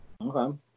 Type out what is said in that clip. Okay